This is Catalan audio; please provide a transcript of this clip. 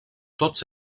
tots